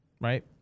right